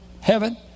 heaven